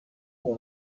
who